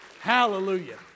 Hallelujah